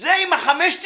זה עם ה-5.90